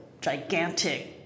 gigantic